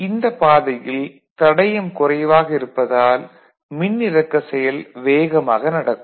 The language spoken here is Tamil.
இந்த பாதையில் தடையம் குறைவாக இருப்பதால் மின்னிறக்க செயல் வேகமாக நடக்கும்